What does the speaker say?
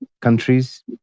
countries